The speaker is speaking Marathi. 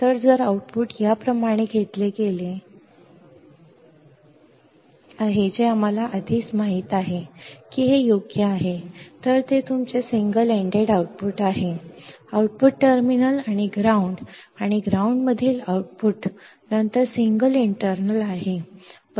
तर जर आऊटपुट याप्रमाणे घेतले गेले आहे जे आम्हाला आधीच माहित आहे की हे योग्य आहे तर ते तुमचे सिंगल एंडेड आउटपुट आहे आउटपुट टर्मिनल आणि ग्राउंड आणि ग्राउंड मधील आउटपुट नंतर सिंगल इंटर्नल आहे